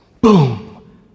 boom